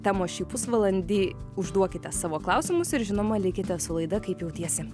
temos šį pusvalandį užduokite savo klausimus ir žinoma likite su laida kaip jautiesi